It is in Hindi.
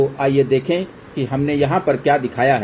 तो आइए देखें कि हमने यहाँ पर क्या दिखाया है